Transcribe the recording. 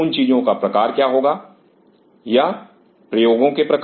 उन चीजों का प्रकार क्या होगा या प्रयोगों के प्रकार